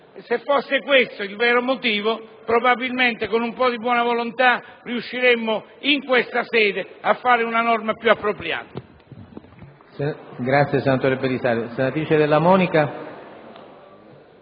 Se fosse questo il vero motivo probabilmente con un po' di buona volontà riusciremmo in questa sede ad approvare una norma più appropriata.